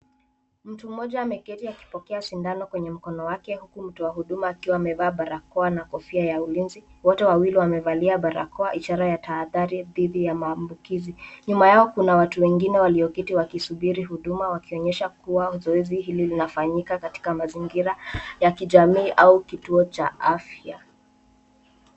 Mtu mmoja ameketi akipokea sindano kwenye mkono wake huku mtoa huduma akiwa amevaa barakoa na kofia ya ulinzi, wote wawili wamevalia barakoa, ishara ya tahadhari dhidi ya maambukizi. Nyuma yao kuna watu wengine walioketi, wakisubiri huduma wakionyesha kuwa zoezi hili linafanyika katika mazingira ya kijamii, au kituo cha afya.